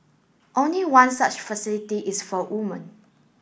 only one such facility is for women